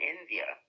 India